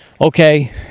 Okay